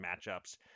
matchups